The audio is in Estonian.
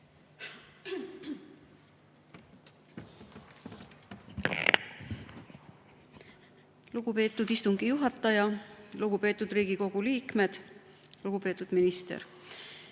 Lugupeetud istungi juhataja! Lugupeetud Riigikogu liikmed! Lugupeetud minister!